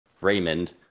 Raymond